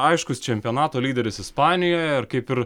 aiškus čempionato lyderis ispanijoje kaip ir